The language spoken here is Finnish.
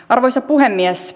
arvoisa puhemies